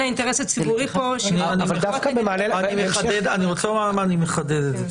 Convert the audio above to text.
האינטרס הציבורי פה --- אני רוצה לומר למה אני מחדד את זה.